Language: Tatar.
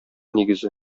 нигезе